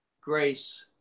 grace